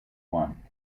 one